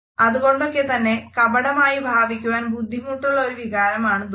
അതുകൊണ്ടൊക്കെത്തന്നെ കപടമായി ഭാവിക്കുവാൻ ബുദ്ധിമുട്ടുള്ള ഒരു വികാരമാണ് ദുഃഖം